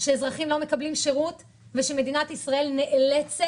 לא יקרה מצב שאזרחים לא מקבלים שירות ומדינת ישראל נאלצת